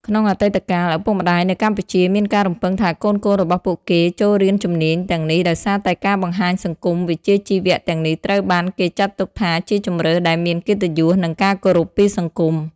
ក្នុងអតីតកាល ឪពុកម្ដាយនៅកម្ពុជាមានការរំពឹងថាកូនៗរបស់ពួកគេចូលរៀនជំនាញទាំងនេះដោយសារតែការបង្ហាញសង្គមវិជ្ជាជីវៈទាំងនេះត្រូវបានគេចាត់ទុកថាជាជម្រើសដែលមានកិត្តិយស និងការគោរពពីសង្គម។